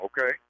okay